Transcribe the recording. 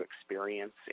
experience